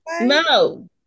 no